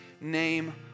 name